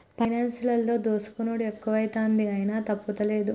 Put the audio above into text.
పైనాన్సులల్ల దోసుకునుడు ఎక్కువైతంది, అయినా తప్పుతలేదు